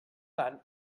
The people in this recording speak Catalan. tant